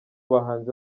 bahanzi